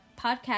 podcast